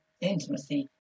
intimacy